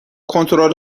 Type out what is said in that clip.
کنترل